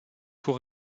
pour